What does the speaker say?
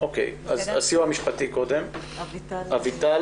אני אביטל